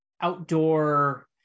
outdoor